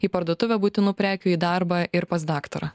į parduotuvę būtinų prekių į darbą ir pas daktarą